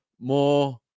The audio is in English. more